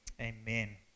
Amen